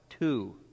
two